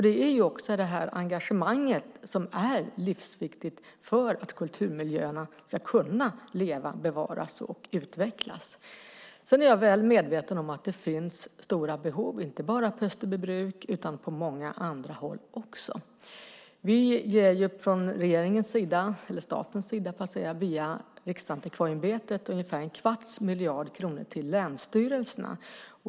Det är detta engagemang som är livsviktigt för att kulturmiljöerna ska kunna leva, bevaras och utvecklas. Jag är väl medveten om att det finns stora behov inte bara på Österbybruk utan på många andra håll också. Staten ger via Riksantikvarieämbetet ungefär en kvarts miljard kronor till länsstyrelserna.